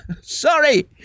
sorry